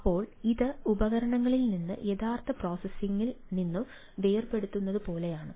അപ്പോൾ ഇത് ഉപകരണങ്ങളിൽ നിന്നുള്ള യഥാർത്ഥ പ്രോസസ്സിംഗിൽ നിന്ന് വേർപെടുത്തുന്നതുപോലെയാണ്